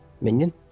minion